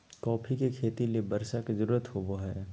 coffee के खेती ले बर्षा के जरुरत होबो हइ